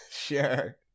Sure